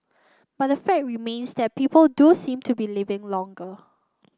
but the fact remains that people do seem to be living longer